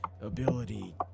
ability